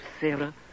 Sarah